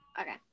Okay